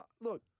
look